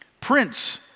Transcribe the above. Prince